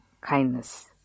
kindness